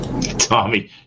Tommy